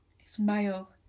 Smile